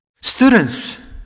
Students